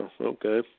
okay